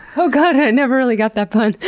oh god. i never really got that pun.